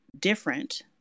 different